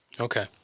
Okay